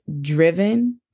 driven